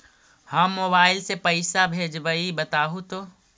हम मोबाईल से पईसा भेजबई बताहु तो?